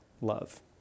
love